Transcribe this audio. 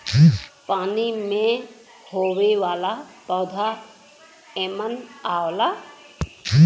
पानी में होये वाला पौधा एमन आवला